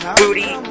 booty